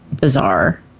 bizarre